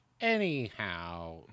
Anyhow